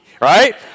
right